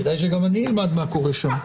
כדאי שגם אני אלמד מה קורה שם.